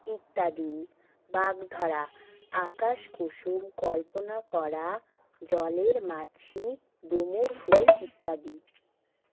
ইত্যাদি বাঘধারা আকাশ কুসুম কল্পনা করা জলের মাছি ডুমুর ফুল ইত্যাদি